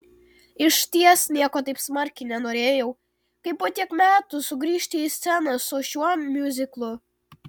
išties nieko taip smarkiai nenorėjau kaip po tiek metų sugrįžti į sceną su šiuo miuziklu